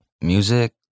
music